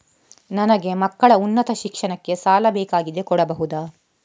ನನಗೆ ಮಕ್ಕಳ ಉನ್ನತ ಶಿಕ್ಷಣಕ್ಕೆ ಸಾಲ ಬೇಕಾಗಿದೆ ಕೊಡಬಹುದ?